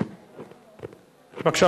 בבקשה,